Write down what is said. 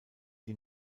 die